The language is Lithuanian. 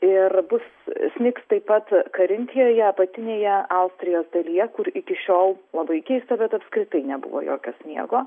ir bus snigs taip pat karintijoje apatinėje austrijos dalyje kur iki šiol labai keista bet apskritai nebuvo jokio sniego